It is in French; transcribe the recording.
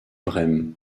brême